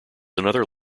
another